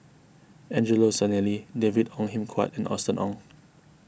Angelo Sanelli David Ong Kim Huat and Austen Ong